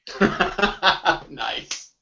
Nice